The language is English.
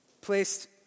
placed